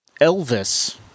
Elvis